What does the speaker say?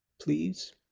Please